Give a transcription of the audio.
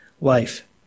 life